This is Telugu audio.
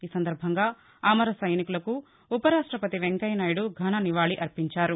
ఈ సందర్బంగా అమర సైనికులకు ఉపరాష్టపతి వెంకయ్యనాయుడు ఘన నివాళులర్పించారు